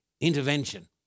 intervention